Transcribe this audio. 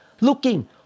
Looking